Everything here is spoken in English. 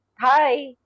Hi